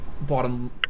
bottom